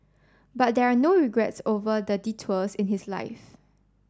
but there are no regrets over the detours in his life